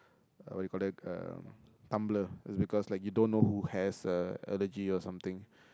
uh what you call there uh tumbler is because like you don't know who has a allergy or something